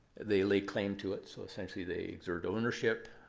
they lay claim to it. so essentially, they exert ownership.